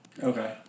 Okay